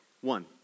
One